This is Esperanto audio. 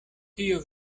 tio